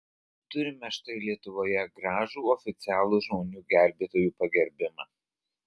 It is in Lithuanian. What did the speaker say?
turime štai lietuvoje gražų oficialų žmonių gelbėtojų pagerbimą